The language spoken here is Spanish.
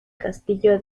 castillo